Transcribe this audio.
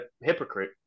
hypocrite